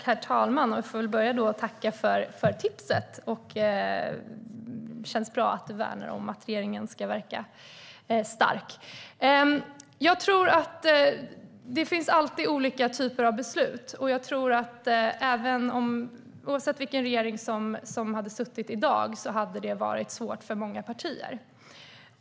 Herr talman! Jag får väl börja med att tacka för tipset. Det känns bra att Aron Modig värnar om att regeringen ska verka stark. Det finns alltid olika typer av beslut. Jag tror att oavsett vilken regering som hade suttit i dag hade det varit svårt för många partier.